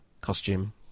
costume